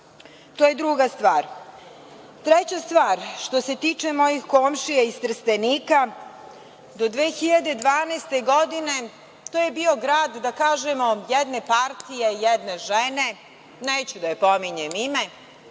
To je druga stvar. Treća stvar, što se tiče mojih komšija iz Trstenika, do 2012. godine to je bio grad, da kažemo, jedne partije, jedne žene, neću da joj pominjem ime,